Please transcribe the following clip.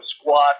squat